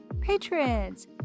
patrons